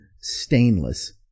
stainless